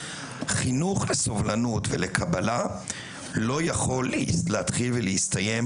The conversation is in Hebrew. חינוך לסובלנות ולקבלה לא יכול להתחיל ולהסתיים